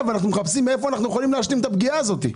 ואנחנו מחפשים מאיפה אנחנו יכולים לכסות על הפגיעה הזאת.